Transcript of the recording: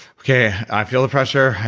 okay, i feel the pressure,